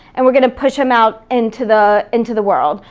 and we're gonna push em out into the into the world.